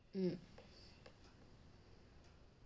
um